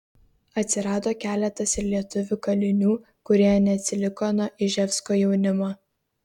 atsirado keletas ir lietuvių kalinių kurie neatsiliko nuo iževsko jaunimo